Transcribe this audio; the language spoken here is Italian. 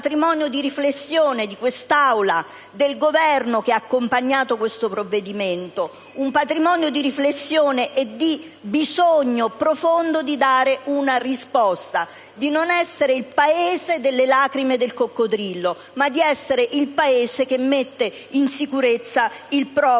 di riflessione di quest'Aula e del Governo, che ha accompagnato questo provvedimento. Parlo di un patrimonio di riflessione e di bisogno profondo di dare una risposta per non essere il Paese delle lacrime di coccodrillo, ma il Paese che mette in sicurezza il proprio